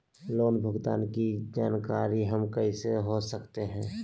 Loan भुगतान की जानकारी हम कैसे हो सकते हैं?